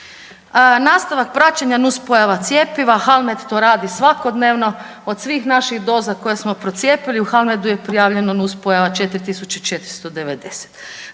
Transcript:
Nastavak praćenja nuspojava cjepiva. Halmed to radi svakodnevno od svih naših doza koje smo procijepili, u Halmedu je prijavljeno nuspojava 4490.